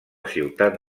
ciutat